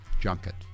junket